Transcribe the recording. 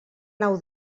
nau